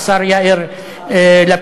השר יאיר לפיד.